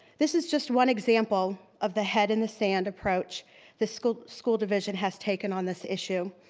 this is just one example of the head in the sand approach the school school division has taken on this issue.